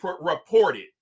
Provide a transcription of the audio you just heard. reported